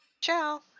Ciao